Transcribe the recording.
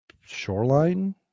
shoreline